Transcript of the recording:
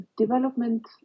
development